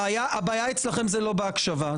הבעיה אצלכם לא בהקשבה.